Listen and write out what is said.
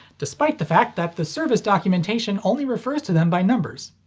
despite the fact that the service documentation only refers to them by numbers.